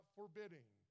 forbidding